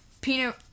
Peanut